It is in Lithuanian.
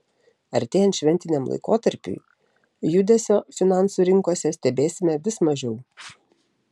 artėjant šventiniam laikotarpiui judesio finansų rinkose stebėsime vis mažiau